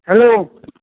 hello